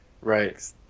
Right